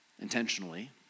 intentionally